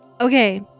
Okay